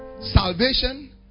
salvation